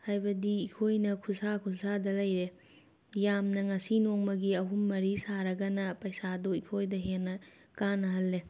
ꯍꯥꯏꯕꯗꯤ ꯑꯩꯈꯣꯏꯅ ꯈꯨꯁꯥ ꯈꯨꯁꯥꯗ ꯂꯩꯔꯦ ꯌꯥꯝꯅ ꯉꯁꯤ ꯅꯣꯡꯃꯒꯤ ꯑꯍꯨꯝ ꯃꯔꯤ ꯁꯥꯔꯒꯅ ꯄꯩꯁꯥꯗꯨ ꯑꯩꯈꯣꯏꯗ ꯍꯦꯟꯅ ꯀꯥꯟꯅꯍꯜꯂꯦ